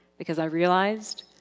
because i realized,